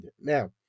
Now